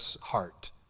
heart